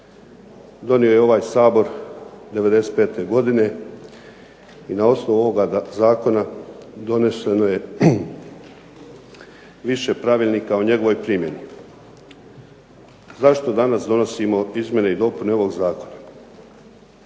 donio je ovaj Sabor '95. godine i na osnovu ovoga zakona doneseno je više pravilnika o njegovoj primjeni. Zašto danas donosimo izmjene i dopune ovog zakona?